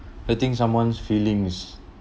I think someone's feeling is